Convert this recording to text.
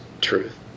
truth